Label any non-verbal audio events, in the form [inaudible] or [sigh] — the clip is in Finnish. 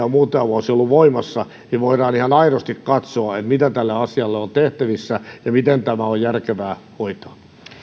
[unintelligible] on muutaman vuoden ollut voimassa niin voidaan ihan aidosti katsoa mitä tälle asialle on tehtävissä ja miten tämä on järkevää hoitaa